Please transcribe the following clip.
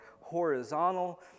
horizontal